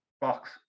box